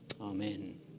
amen